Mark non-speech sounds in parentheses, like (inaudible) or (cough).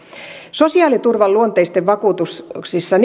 sosiaaliturvan luonteisissa vakuutuksissa (unintelligible)